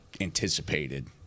anticipated